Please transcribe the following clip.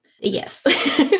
Yes